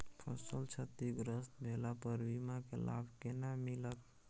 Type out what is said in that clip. फसल क्षतिग्रस्त भेला पर बीमा के लाभ केना मिलत?